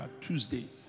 Tuesday